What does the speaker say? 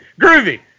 groovy